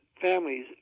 families